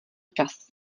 čas